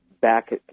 back